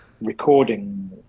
recording